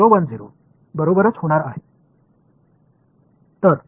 तर हे एक 010 बरोबरच होणार आहे